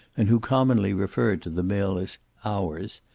and who commonly referred to the mill as ours,